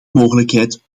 mogelijkheid